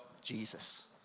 Jesus